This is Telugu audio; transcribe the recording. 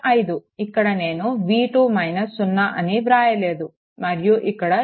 ఇక్కడ నేను v2 - 0 అని వ్రాయలేదు మరియు ఇక్కడ నిరోధకం 0